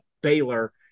Baylor